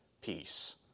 peace